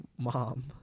mom